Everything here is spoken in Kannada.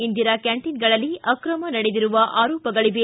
ಇಂದಿರಾ ಕ್ಯಾಂಟೀನ್ಗಳಲ್ಲಿ ಅಕ್ರಮ ನಡೆದಿರುವ ಆರೋಪಗಳವೆ